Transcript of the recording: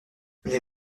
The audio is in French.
les